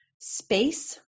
space